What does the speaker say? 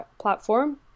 platform